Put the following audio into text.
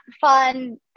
fun